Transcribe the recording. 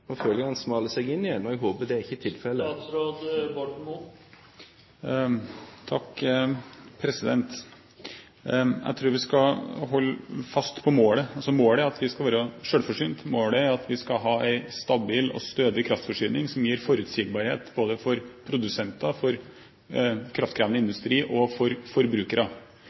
seg inn igjen, og jeg håper det ikke er tilfellet. Jeg tror vi skal holde fast på målet. Målet er at vi skal være selvforsynt. Målet er at vi skal ha en stabil og stødig kraftforsyning som gir forutsigbarhet for både produsenter, kraftkrevende industri og forbrukere.